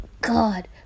God